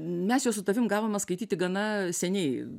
mes jos tavim gavome skaityti gana seniai